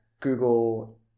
Google